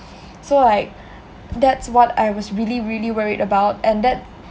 so like that's what I was really really worried about and that